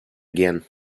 again